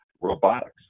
robotics